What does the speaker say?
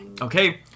Okay